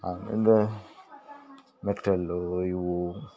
ಆಮಿಂದ metal ಇವು